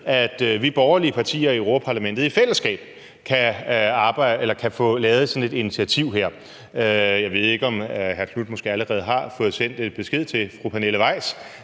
at vi borgerlige partier i Europa-Parlamentet i fællesskab kan få lavet sådan et initiativ her. Jeg ved ikke, om hr. Knuth måske allerede har fået sendt en besked til fru Pernille Weiss,